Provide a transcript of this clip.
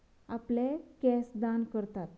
आपले केंस दान करतात